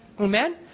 Amen